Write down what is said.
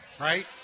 right